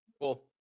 cool